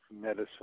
medicine